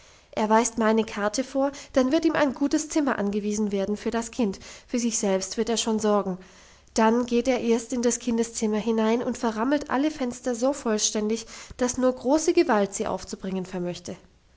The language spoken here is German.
er weist meine karte vor dann wird ihm ein gutes zimmer angewiesen werden für das kind für sich selbst wird er schon sorgen dann geht er erst in des kindes zimmer hinein und verrammelt alle fenster so vollständig dass nur große gewalt sie aufzubringen vermöchte